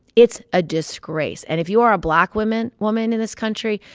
it's a disgrace. and if you are a black woman woman in this country,